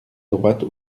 droite